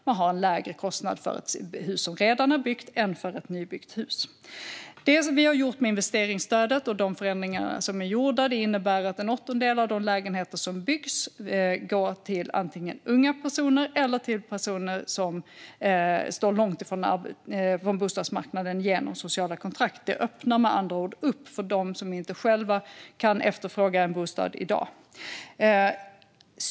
Man har en lägre kostnad för ett hus som har byggts tidigare än för ett nybyggt hus. Det vi har gjort med investeringsstödet och de förändringar som är gjorda innebär att en åttondel av de lägenheter som byggs går till antingen unga personer eller personer som står långt från bostadsmarknaden genom sociala kontrakt. Det öppnar med andra ord upp för dem som inte själva kan efterfråga en bostad i dag. Fru talman!